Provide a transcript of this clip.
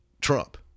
Trump